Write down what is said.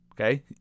Okay